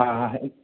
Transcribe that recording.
ആ